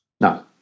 No